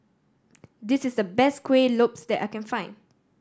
this is the best Kuih Lopes that I can find